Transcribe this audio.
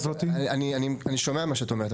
אני שומע מה שאת אומרת.